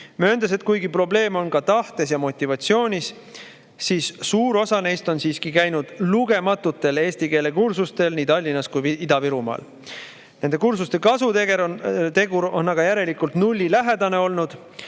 mööndes, et kuigi probleem on ka tahtes ja motivatsioonis, on suur osa neist siiski käinud lugematutel eesti keele kursustel nii Tallinnas kui Ida-Virumaal. Nende kursuste kasutegur on järelikult nullilähedane olnud,